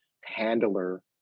handler